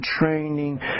training